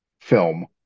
film